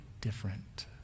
different